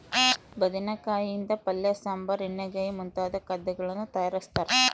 ಬದನೆಕಾಯಿ ಯಿಂದ ಪಲ್ಯ ಸಾಂಬಾರ್ ಎಣ್ಣೆಗಾಯಿ ಮುಂತಾದ ಖಾದ್ಯಗಳನ್ನು ತಯಾರಿಸ್ತಾರ